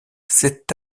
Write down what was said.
c’est